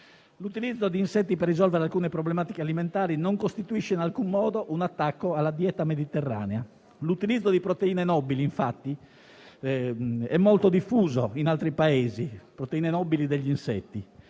l'utilizzo di insetti per risolvere alcune problematiche alimentari non costituisce in alcun modo un attacco alla dieta mediterranea. L'utilizzo di proteine nobili degli insetti infatti è molto diffuso in altri Paesi, ma appare incapace